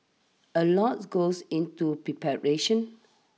a lots goes into preparation